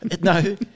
No